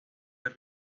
del